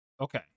okay